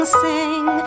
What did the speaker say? sing